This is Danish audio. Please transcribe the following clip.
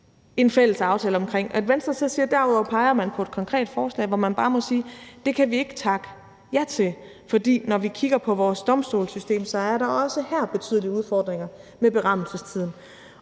en fælles aftale om. Når Venstre så siger, at derudover peger man på et konkret forslag, må vi bare sige, at det kan vi ikke takke ja til, for når vi kigger på vores domstolssystem, er der også her betydelige udfordringer med berammelsestiden.